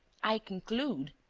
i conclude,